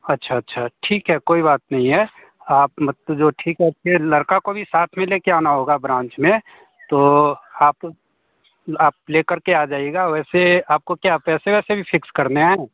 अच्छा अच्छा ठीक है कोई बात नहीं है आप मतलब जो ठीक है फिर लड़का को भी साथ में लेकर आना होगा ब्रांच में तो आप आप ले करके आ जाईएगा वैसे आपको क्या पैसे वैसे भी फिक्स करने हैं